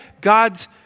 God's